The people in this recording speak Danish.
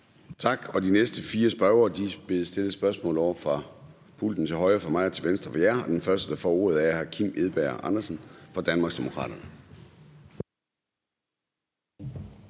Tak. De næste fire spørgere bedes stille spørgsmål ovre fra pulten til højre for mig og til venstre for jer. Den første, der får ordet, er hr. Kim Edberg Andersen fra Danmarksdemokraterne.